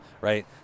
right